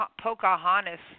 Pocahontas